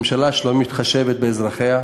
ממשלה שלא מתחשבת באזרחיה,